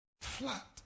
flat